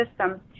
system